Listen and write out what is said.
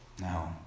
no